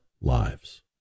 lives